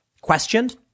questioned